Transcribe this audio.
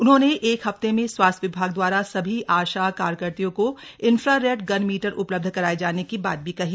उन्होंने एक हफ्ते में स्वास्थ्य विभाग दवारा सभी आशा कार्यकत्रियों को इंफ्रारेड गन मीटर उपलब्ध कराये जाने की बात भी कही